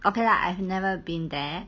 okay lah I've never been there